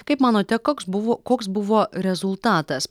kaip manote koks buvo koks buvo rezultatas